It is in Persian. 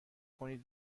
کنید